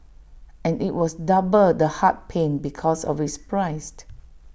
and IT was double the heart pain because of its price